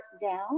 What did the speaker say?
down